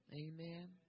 amen